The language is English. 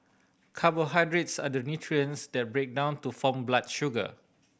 carbohydrates are the nutrients that break down to form blood sugar